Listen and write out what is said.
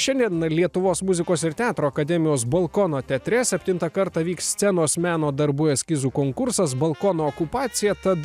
šiandien lietuvos muzikos ir teatro akademijos balkono teatre septintą kartą vyks scenos meno darbų eskizų konkursas balkono okupacija tad